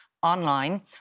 online